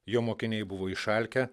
jo mokiniai buvo išalkę